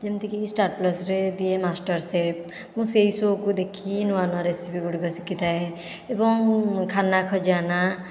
ଯେମିତି କି ଷ୍ଟାର ପ୍ଲସ୍ରେ ଦିଏ ମାଷ୍ଟର ଶେଫ ମୁଁ ସେହି ସୋ'କୁ ଦେଖି ନୂଆ ନୂଆ ରେସିପି ଗୁଡ଼ିକ ଶିଖିଥାଏ ଏବଂ ଖାନା ଖଜାନା